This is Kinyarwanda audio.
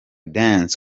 dance